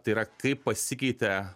tai yra kaip pasikeitė